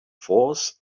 force